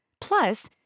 Plus